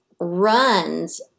runs